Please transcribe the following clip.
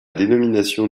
dénomination